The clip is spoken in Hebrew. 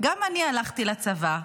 גם אני הלכתי לצבא,